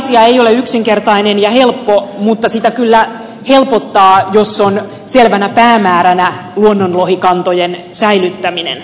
lohiasia ei ole yksinkertainen ja helppo mutta sitä kyllä helpottaa jos on selvänä päämääränä luonnonlohikantojen säilyttäminen